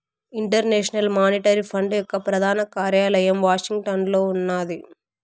international monetary fund యొక్క ప్రధాన కార్యాలయం వాషింగ్టన్లో ఉన్నాది